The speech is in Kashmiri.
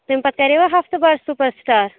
تیٚمہِ پَتہٕ کَریوا ہَفتہٕ بعد سُپَر سِٹار